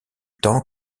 temps